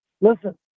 listen